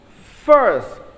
First